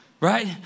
right